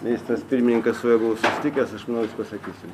ministras pirmininkas su juo buvau sisitikęs aš manau jis pasakys jum